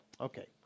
Okay